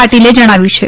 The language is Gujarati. પાટિલે જણાવ્યુ છે